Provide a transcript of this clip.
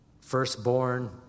firstborn